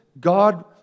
God